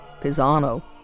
Pisano